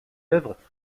œuvres